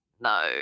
No